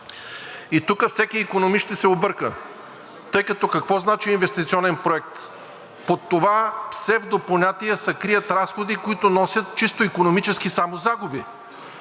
И тук всеки икономист ще се обърка, тъй като какво значи инвестиционен проект. Под това псевдопонятие се крият разходи, които носят чисто икономически само загуби,